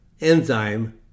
enzyme